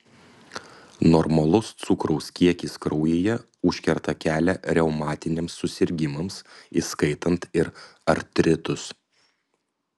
normalus cukraus kiekis kraujyje užkerta kelią reumatiniams susirgimams įskaitant ir artritus